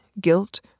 guilt